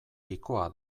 pikoa